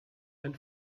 ein